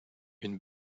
une